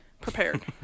Prepared